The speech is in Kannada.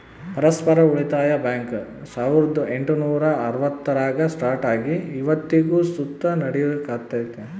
ಪರಸ್ಪರ ಉಳಿತಾಯ ಬ್ಯಾಂಕ್ ಸಾವುರ್ದ ಎಂಟುನೂರ ಹತ್ತರಾಗ ಸ್ಟಾರ್ಟ್ ಆಗಿ ಇವತ್ತಿಗೂ ಸುತ ನಡೆಕತ್ತೆತೆ